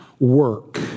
work